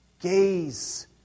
gaze